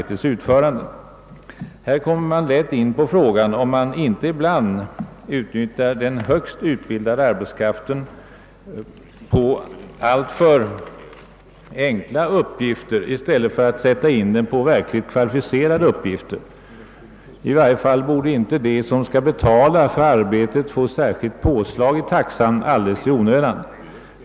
Det ligger härvidlag nära till hands att komma in på frågan om man inte ibland utnyttjar den högst utbildade arbetskraften till alltför enkla uppgifter i stället för att sätta in den på verkligt kvalificerade sådana. I varje fall borde inte de, som skall betala för arbetet, i onödan få särskilda påslag på taxan.